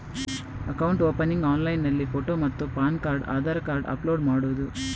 Account opening ಆನ್ಲೈನ್ನಲ್ಲಿ photo ಮತ್ತು PAN card Aadhaar card upload ಮಾಡುವುದು?